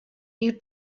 you